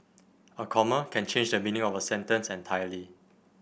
a comma can change the meaning of a sentence entirely